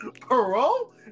parole